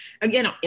again